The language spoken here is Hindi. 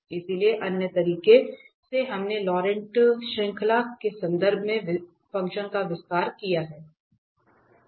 इसलिए अन्य तरीके से हमने लॉरेंट श्रृंखला के संदर्भ में फ़ंक्शन का विस्तार किया है